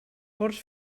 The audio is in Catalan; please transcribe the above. corts